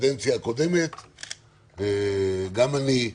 בקדנציה הקודמת גם אני,